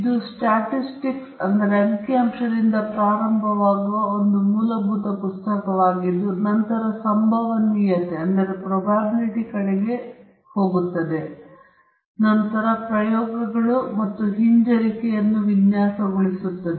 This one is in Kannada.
ಇದು ಸ್ಟ್ಯಾಟಿಸ್ಟಿಕ್ಸ್ನಿಂದ ಪ್ರಾರಂಭವಾಗುವ ಒಂದು ಮೂಲಭೂತ ಪುಸ್ತಕವಾಗಿದ್ದು ನಂತರ ಸಂಭವನೀಯತೆಯ ಕಡೆಗೆ ಹೋಗುತ್ತದೆ ಮತ್ತು ನಂತರದ ಪ್ರಯೋಗಗಳು ಮತ್ತು ಹಿಂಜರಿಕೆಯನ್ನು ವಿನ್ಯಾಸಗೊಳಿಸುತ್ತದೆ